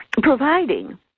providing